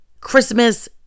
Christmas